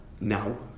now